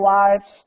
lives